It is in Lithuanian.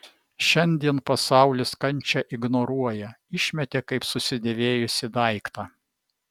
šiandien pasaulis kančią ignoruoja išmetė kaip susidėvėjusį daiktą